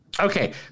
Okay